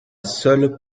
seul